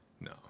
No